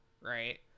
right